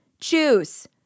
choose